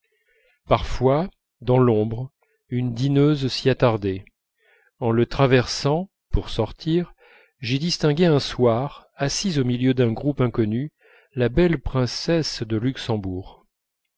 parfois dans l'ombre une dîneuse s'y attardait en le traversant pour sortir j'y distinguai un soir assise au milieu d'un groupe inconnu la belle princesse de luxembourg